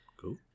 Cool